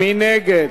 מי נגד?